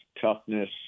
toughness